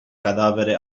cadavere